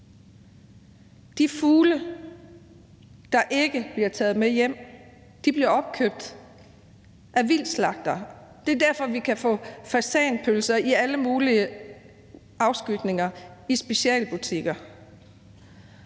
De fugle, der ikke bliver taget med hjem, bliver opkøbt af vildtslagtere. Det er derfor, vi kan få fasanpølser i alle mulige afskygninger i specialbutikker.